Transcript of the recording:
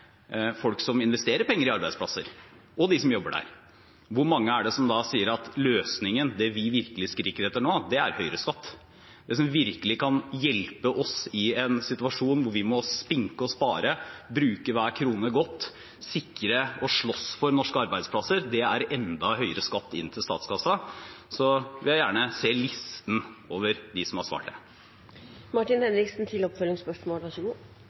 folk som investerer penger i arbeidsplasser og dem som jobber der, hvor mange er det som sier at løsningen – det vi virkelig skriker etter nå – er høyere skatt, det som virkelig kan hjelpe oss i en situasjon hvor vi må spinke og spare, bruke hver krone godt, sikre og slåss for norske arbeidsplasser, er enda høyere skatt inn til statskassen? Jeg vil gjerne se listen over dem som har svart